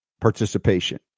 participation